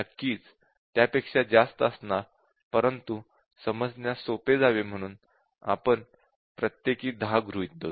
नक्कीच त्यापेक्षा जास्त असणार परंतु समजण्यास सोपे जावे म्हणून आपण प्रत्येकी 10 गृहीत धरू